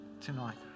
tonight